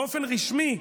באופן רשמי,